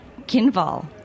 Kinval